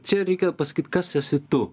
čia reikia pasakyt kas esi tu